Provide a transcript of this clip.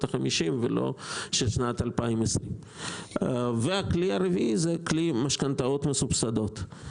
החמישים ולא של שנת 2020. הכלי הרביעי המשמעותי הוא